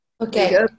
Okay